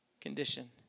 condition